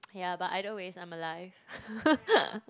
ya but either ways I'm alive